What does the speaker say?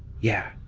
yeah,